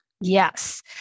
Yes